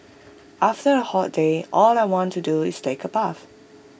after A hot day all I want to do is take A bath